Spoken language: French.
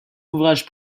ouvrage